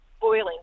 boiling